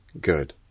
Good